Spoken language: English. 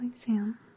exam